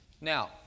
Now